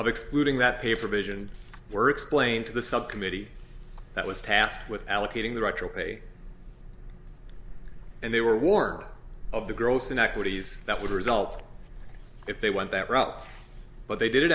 of excluding that paper vision were explained to the subcommittee that was tasked with allocating the retro pay and they were warned of the gross inequities that would result if they went that route but they did it